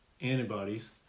antibodies